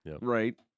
right